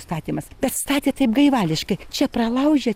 statymas bet statė taip gaivališkai čia pralaužė